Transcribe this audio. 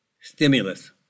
stimulus